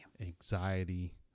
Anxiety